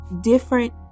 different